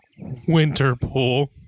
Winterpool